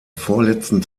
vorletzten